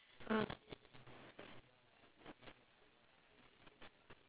uh